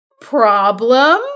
problem